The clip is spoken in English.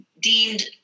deemed